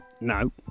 No